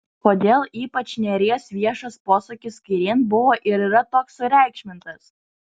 kodėl ypač nėries viešas posūkis kairėn buvo ir yra toks sureikšmintas